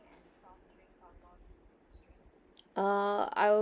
uh I